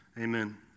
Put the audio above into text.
Amen